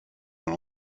dans